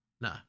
no